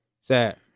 sad